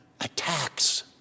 attacks